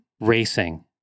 racing